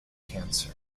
cancer